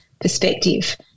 perspective